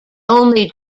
only